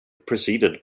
preceded